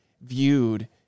viewed